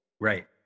Right